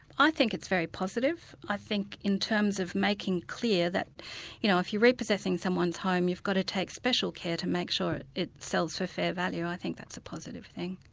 i think it's very positive. i think in terms of making clear that you know if you're repossessing someone's home, you've got to take special care to make sure it sells for fair value i think that's a positive thing.